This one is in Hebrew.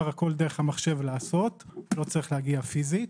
הכול לעשות דרך המחשב ולא צריך להגיע פיזית.